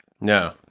No